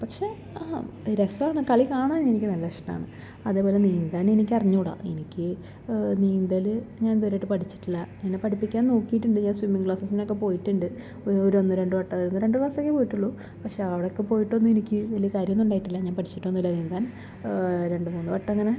പക്ഷെ ആ രസമാണ് കളി കാണാൻ എനിക്ക് നല്ല ഇഷ്ടമാണ് അതേപോലെ നീന്താൻ എനിക്ക് അറിഞ്ഞു കൂട എനിക്ക് നീന്തൽ ഞാൻ ഇതുവരെ ആയിട്ട് പഠിച്ചിട്ടില്ല എന്നെ പഠിപ്പിക്കാൻ നോക്കിയിട്ടുണ്ട് ഞാൻ സ്വിമ്മിംഗ് ക്ലാസ്സസ്സിനൊക്കെ പോയിട്ടുണ്ട് ഒരു ഒന്ന് രണ്ട് വട്ടം ഒന്ന് രണ്ട് ക്ലാസ്സൊക്കെ പോയിട്ടുള്ളൂ പക്ഷേ അവിടെ ഒക്കെ പോയിട്ട് ഒന്നും എനിക്ക് വലിയ കാര്യമൊന്നും ഉണ്ടായിട്ടില്ല ഞാൻ പഠിച്ചിട്ടൊന്നുമില്ല നീന്താൻ രണ്ടു മൂന്ന് വട്ടം ഇങ്ങനെ